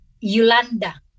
Yolanda